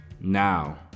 Now